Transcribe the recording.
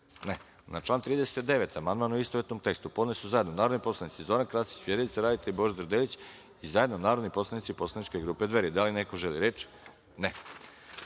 (Ne)Na član 39. amandman, u istovetnom tekstu, podneli su zajedno narodni poslanici Zoran Krasić, Vjerica Radeta i Božidar Delić, i zajedno narodni poslanici Poslaničke grupe Dveri. Da li neko želi reč?